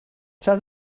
tell